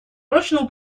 прочного